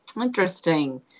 Interesting